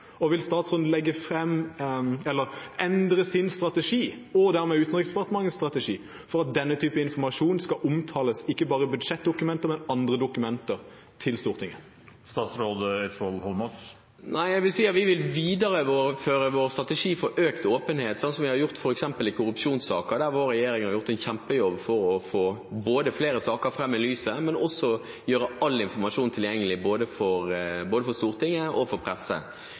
Vil statsråden endre sin strategi og dermed Utenriksdepartementets strategi for at denne type informasjon skal omtales, ikke bare i budsjettdokumenter, men i andre dokumenter til Stortinget? Nei, jeg vil si at vi vil videreføre vår strategi for økt åpenhet, sånn som vi har gjort f.eks. i korrupsjonssaker, der vår regjering har gjort en kjempejobb for å få flere saker fram i lyset og for å gjøre all informasjon tilgjengelig både for Stortinget og presse. Vi vil også gjøre det vi kan for